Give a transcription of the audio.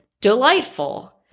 delightful